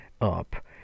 up